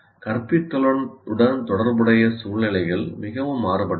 கற்பித்தலுடன் தொடர்புடைய சூழ்நிலைகள் மிகவும் மாறுபட்டவை